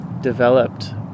developed